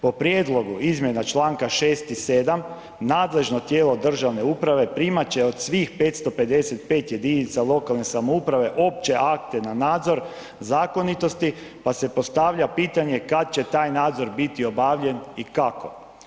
Po prijedlogu izmjena čl. 6. i 7. nadležno tijelo državne uprave primat će od svih 555 jedinica lokalne samouprave opće akte na nadzor zakonitosti pa se postavlja pitanje kad će taj nadzor biti obavljen i kako.